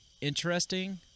interesting